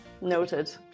Noted